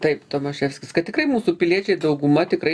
taip tomaševskis kad tikrai mūsų piliečiai dauguma tikrai